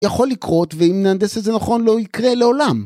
יכול לקרות ואם נהנדס את זה נכון לא יקרה לעולם.